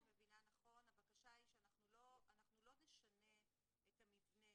מבינה נכון הבקשה היא שאנחנו לא נשנה את המבנה